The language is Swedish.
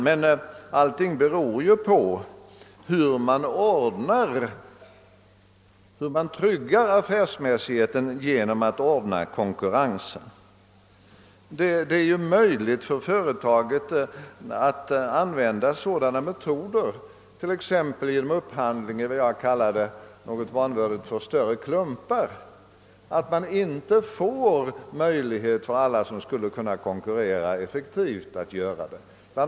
Men allting beror ju på om man tryggar affärsmässigheten genom att verkligen se till att det blir konkurrens. Det är ju möjligt för företaget att använda sådana metoder — t.ex. genom upphandling i vad jag något vanvördigt kallade »större klumpar» — att man inte ger alla som skulle kunna konkurrera effektivt möjlighet till det. Bl.